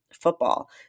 football